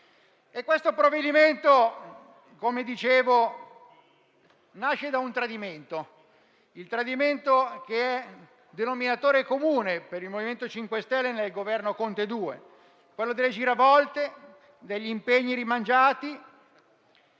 questo provvedimento nasce da un tradimento, che è denominatore comune per il MoVimento 5 Stelle nel Governo Conte due: quello delle giravolte, degli impegni rimangiati